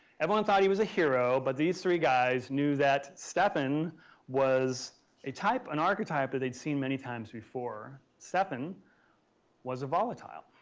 everyone thought he was a hero, but these three guys knew that stephon was a type, an archetype that they'd seen many times before. before. stephon was a volatile.